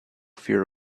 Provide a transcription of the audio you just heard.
fear